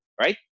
right